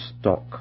stock